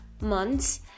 months